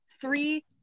Three